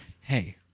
Hey